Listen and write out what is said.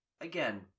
Again